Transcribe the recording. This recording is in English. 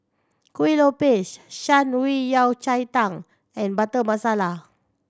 Kuih Lopes Shan Rui Yao Cai Tang and Butter Masala